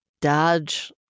dodge